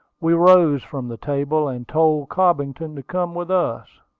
we rose from the table, and told cobbington to come with us.